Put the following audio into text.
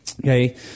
Okay